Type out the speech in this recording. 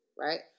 right